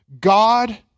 God